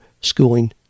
schooling